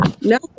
no